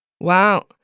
Wow